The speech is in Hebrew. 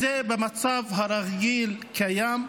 במצב הרגיל שקיים.